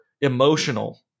emotional